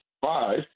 five